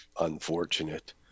unfortunate